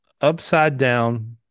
upside-down